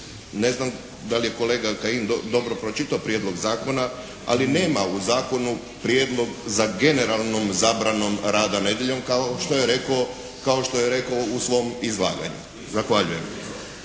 ne znam da li je kolega Kajin dobro pročitao prijedlog zakona, ali nema u zakonu prijedlog za generalnom zabranom rada nedjeljom kao što je rekao u svom izlaganju. Zahvaljujem.